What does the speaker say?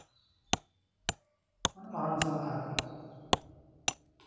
ᱢᱟᱱᱮ ᱢᱟᱨᱟᱝ ᱪᱟᱞᱟᱜᱼᱟ ᱟᱨᱠᱤ